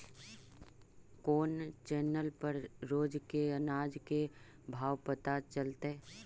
कोन चैनल पर रोज के अनाज के भाव पता चलतै?